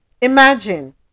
Imagine